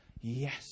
Yes